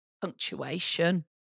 punctuation